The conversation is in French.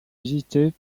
visité